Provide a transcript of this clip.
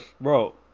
bro